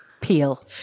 peel